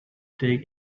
dig